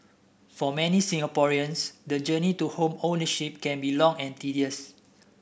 for many Singaporeans the journey to home ownership can be long and tedious